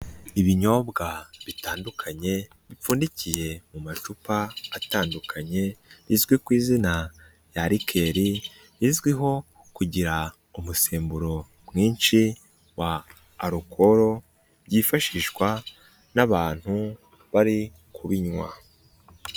Ibinyobwa bitandukanye bipfundikiye mu macupa atandukanye bizwi ku izina rya rikeri rizwiho kugira umusemburo mwinshi wa arukoro byifashishwa n'abantu bari kubinywa.